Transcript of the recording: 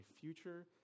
future